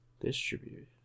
Distributed